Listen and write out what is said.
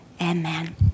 amen